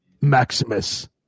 Maximus